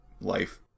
life